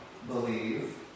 believe